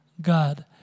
God